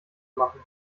machen